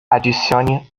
adicione